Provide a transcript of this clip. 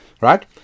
right